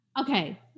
Okay